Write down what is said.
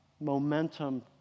momentum